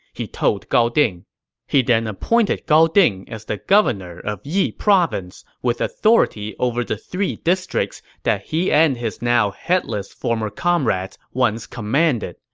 he told gao ding he then appointed gao ding as the governor of yi province, with authority over the three districts that he and his now headless former comrades once commanded.